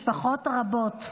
משפחות רבות,